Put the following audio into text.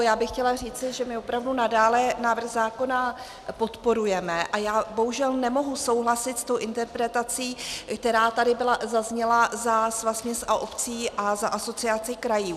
Já bych chtěla říci, že my opravdu nadále návrh zákona podporujeme, a já bohužel nemohu souhlasit s interpretací, která tady zazněla za Svaz měst a obcí a za Asociaci krajů.